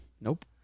Nope